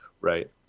right